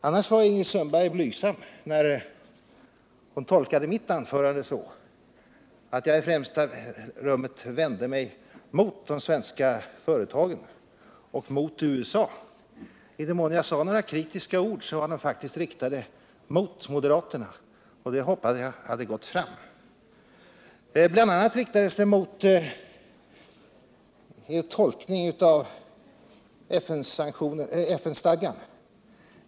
I övrigt var Ingrid Sundberg blygsam när hon tolkade mitt anförande så, att jag främst riktade mig emot de svenska företagen och mot USA. Men i den mån jag sade några kritiska ord, så var de faktiskt riktade mot moderaterna, vilket jag hoppades hade gått fram. Bl. a. riktades kritiken mot er tolkning av FN-stadgan.